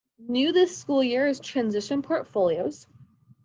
new this school year is transition portfolios.